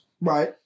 Right